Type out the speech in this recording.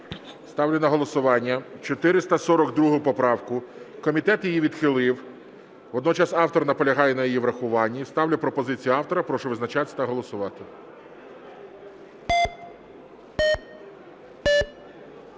Ставлю на голосування 442 поправку. Комітет її відхилив. Водночас автор наполягає на її врахуванні. Ставлю пропозицію автора. Прошу визначатись та голосувати.